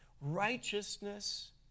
righteousness